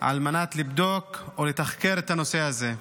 על מנת לבדוק או לתחקר את הנושא הזה.